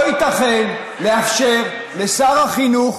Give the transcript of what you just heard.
לא ייתכן לאפשר לשר החינוך,